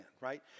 right